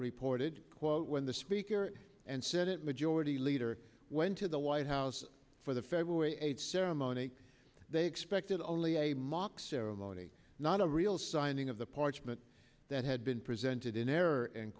reported quote when the speaker and senate majority leader went to the white house for the february eighth ceremony they expected only a mock ceremony not a real signing of the parchment that had been presented in error and